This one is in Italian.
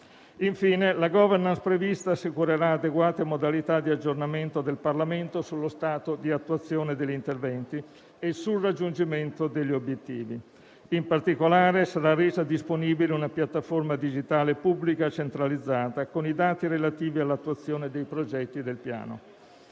Infine, la *governance* prevista assicurerà adeguate modalità di aggiornamento del Parlamento sullo stato di attuazione degli interventi e sul raggiungimento degli obiettivi. In particolare, sarà resa disponibile una piattaforma digitale pubblica centralizzata con i dati relativi all'attuazione dei progetti del Piano.